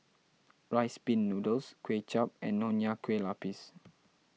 Rice Pin Noodles Kway Chap and Nonya Kueh Lapis